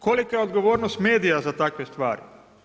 Kolika je odgovornost medija za takve stvari?